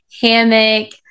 hammock